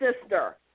sister